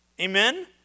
Amen